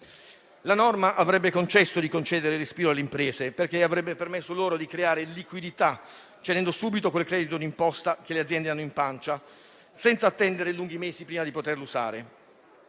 La norma avrebbe concesso di dare respiro alle imprese, perché avrebbe permesso loro di creare liquidità, cedendo subito quel credito di imposta che le aziende hanno "in pancia" senza attendere lunghi mesi prima di poterlo usare.